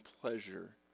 pleasure